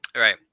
Right